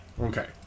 Okay